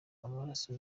amaraso